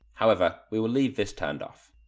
however, we will leave this turned off.